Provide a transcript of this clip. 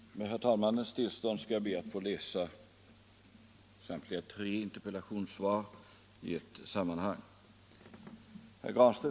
Herr talman! Med herr talmannens tillstånd skall jag be att få läsa upp samtliga tre interpellationssvar i ett sammanhang.